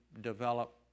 develop